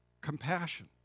compassion